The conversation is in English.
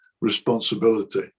responsibility